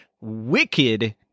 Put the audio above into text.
wicked